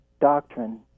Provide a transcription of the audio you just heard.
doctrine